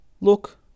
look